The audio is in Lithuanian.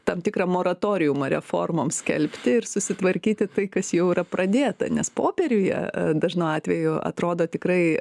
tam tikrą moratoriumą reformoms skelbti ir susitvarkyti tai kas jau yra pradėta nes popieriuje dažnu atveju atrodo tikrai